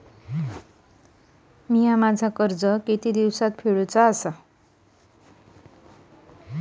मी माझे कर्ज किती दिवसांत फेडायचे आहे?